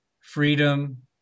freedom